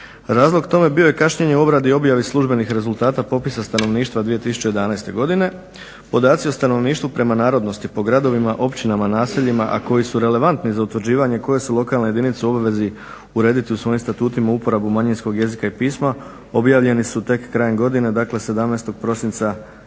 Razlog tome bio je kašnjenje u obradi i objavi službenih rezultata popisa stanovništva 2011. godine. Podaci o stanovništvu prema narodnosti po gradovima, općinama, naseljima, a koji su relevantni za utvrđivanje koje su lokalne jedinice u obvezi urediti u svojim statutima uporabu manjinskog jezika i pisma objavljeni su tek krajem godine. Dakle, 17. prosinca 2012.